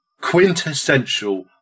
quintessential